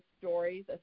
stories